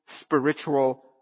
spiritual